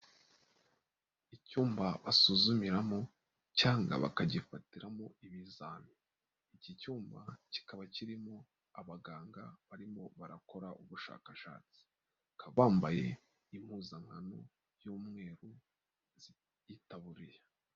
Icyumba basuzumiramo cyangwa bakagifatiramo ibizami, iki cyumba kikaba kirimo abaganga barimo barakora ubushakashatsi, bbakaba bambaye impuzankano y'umweru y'iyitabuye.